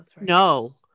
No